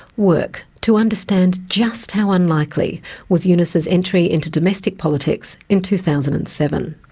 work, to understand just how unlikely was yunus's entry into domestic politics in two thousand and seven.